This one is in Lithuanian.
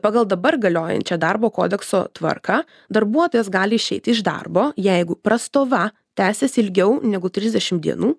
pagal dabar galiojančią darbo kodekso tvarką darbuotojas gali išeiti iš darbo jeigu prastova tęsiasi ilgiau negu trisdešim dienų